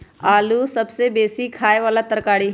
आलू सबसे बेशी ख़ाय बला तरकारी हइ